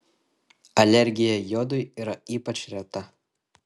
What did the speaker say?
alergija jodui yra ypač reta